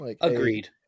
Agreed